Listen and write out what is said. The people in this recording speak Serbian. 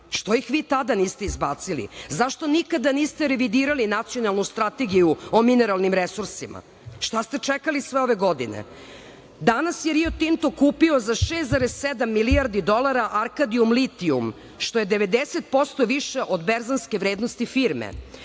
Što ih vi tada niste izbacili? Zašto nikada niste revidirali nacionalnu Strategiju o mineralnim resursima? Šta ste čekali sve ove godine? Danas je „Rio Tinto“ kupio za 6,7 milijardi dolara „Arkadijum Litijum“ što je 90% više od berzanske vrednosti firme.